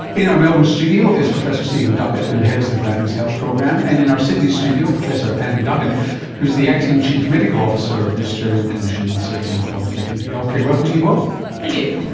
in our melbourne studio is professor stephen duckett who heads the grattan's health program, and in our sydney studio, professor anne duggan who is the acting chief medical officer of the australian commission on safety and quality in healthcare. welcome to you both. thank you.